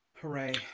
Hooray